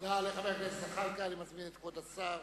תודה לחבר הכנסת זחאלקה, אני מזמין את כבוד השר